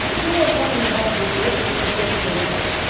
you won't find a bible verse that says don't gamble.